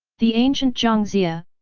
the ancient jiang ziya,